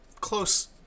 close